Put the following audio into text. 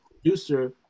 producer